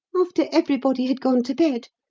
after everybody had gone to bed,